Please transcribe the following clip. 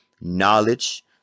knowledge